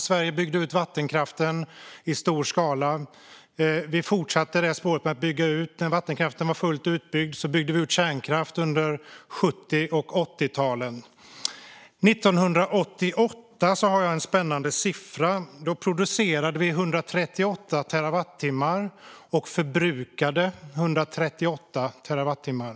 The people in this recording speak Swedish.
Sverige byggde ut vattenkraften i stor skala. Vi fortsatte det spåret med att bygga ut. När vattenkraften var fullt utbyggd byggde vi ut kärnkraft under 70 och 80-talen. Jag har en spännande siffra från 1988. Då producerade vi 138 terawatttimmar och förbrukade 138 terawattimmar.